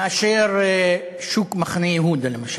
מאשר שוק מחנה-יהודה למשל,